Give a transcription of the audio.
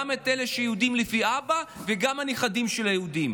גם את אלה שהיו יהודים לפי האבא וגם את הנכדים של היהודים.